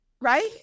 right